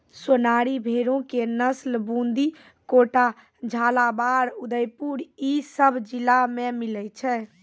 सोनारी भेड़ो के नस्ल बूंदी, कोटा, झालाबाड़, उदयपुर इ सभ जिला मे मिलै छै